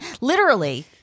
Literally-